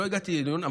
לא הגעתי לדיון,